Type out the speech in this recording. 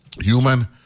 human